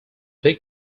big